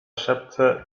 szepce